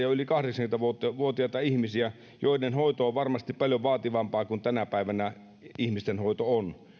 jo yli kahdeksankymmentä vuotiaita ihmisiä joiden hoito on varmasti paljon vaativampaa kuin tänä päivänä ihmisten hoito on